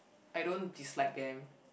I don't dislike them